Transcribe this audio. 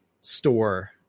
store